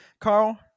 Carl